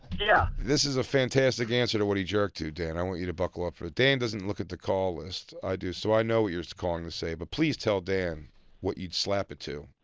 yeah? this is a fantastic answer to what he jerked to, dan. i want you to buckle up for it. dan doesn't look at the call list, i do, so i know what you're calling to say. but please tell dan what you'd slap it to.